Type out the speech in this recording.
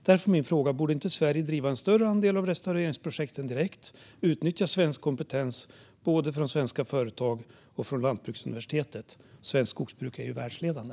Därför är min fråga: Borde inte Sverige driva en större andel av restaureringsprojekten direkt och utnyttja svensk kompetens både från svenska företag och från lantbruksuniversitet? Svenskt skogsbruk är ju världsledande.